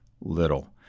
little